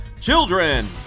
children